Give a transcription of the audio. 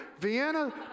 vienna